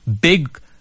big